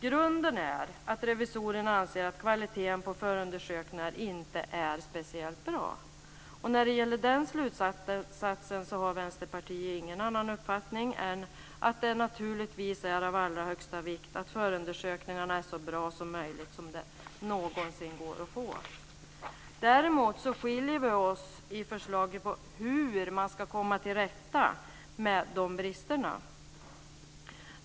Grunden är att revisorerna anser att kvaliteten på förundersökningarna inte är speciellt bra. När det gäller den slutsatsen har Vänsterpartiet ingen annan uppfattning än att det naturligtvis är av allra högsta vikt att förundersökningarna är så bra som det någonsin är möjligt. Däremot skiljer vi oss åt när det gäller förslaget om hur man ska komma till rätta med bristerna.